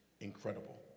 incredible